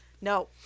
No